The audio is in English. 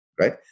right